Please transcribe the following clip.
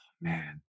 man